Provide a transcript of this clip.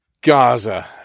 Gaza